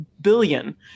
billion